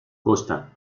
costa